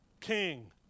king